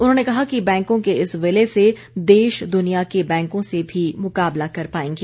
उन्होंने कहा कि बैंकों के इस विलय से देश दुनिया के बैंकों से भी मुकाबला कर पाएंगे